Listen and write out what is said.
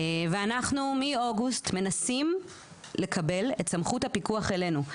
אנחנו מאוגוסט מנסים לקבל את סמכות הפיקוח אלינו.